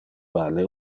vale